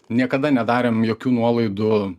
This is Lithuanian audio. niekada nedarėm jokių nuolaidų